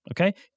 okay